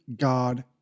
God